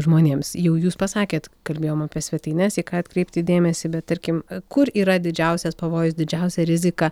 žmonėms jau jūs pasakėt kalbėjom apie svetaines į ką atkreipti dėmesį bet tarkim kur yra didžiausias pavojus didžiausia rizika